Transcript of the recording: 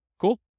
Cool